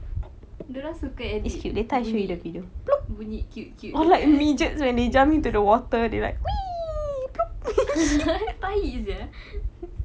dorang suka edit bunyi bunyi cute cute tahi sia